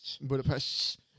Budapest